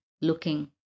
looking